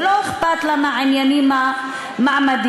ולא אכפת לה מהעניינים המעמדיים.